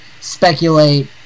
speculate